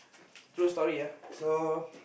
true story uh so